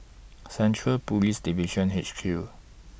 Central Police Division H Q